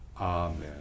Amen